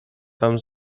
tam